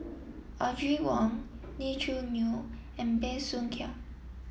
Audrey Wong Lee Choo Neo and Bey Soo Khiang